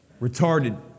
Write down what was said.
retarded